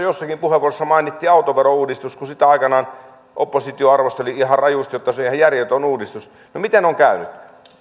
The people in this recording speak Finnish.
jossakin puheenvuorossa mainittiin autoverouudistus kun sitä aikanaan oppositio arvosteli rajusti että se on ihan järjetön uudistus niin miten on käynyt